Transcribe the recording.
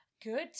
Good